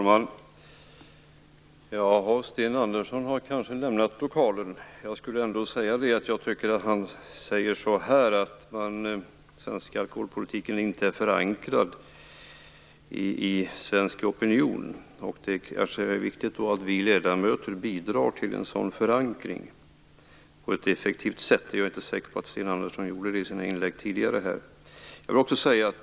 Fru talman! Sten Andersson har lämnat lokalen. Han sade att den svenska alkoholpolitiken inte är förankrad i svensk opinion. Det är då kanske viktigt att vi ledamöter bidrar till en sådan förankring på ett effektivt sätt. Jag är inte säker på att Sten Andersson gjorde det i sina inlägg tidigare här.